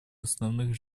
основных